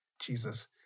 Jesus